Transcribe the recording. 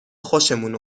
خوشمون